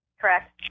Correct